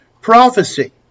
prophecy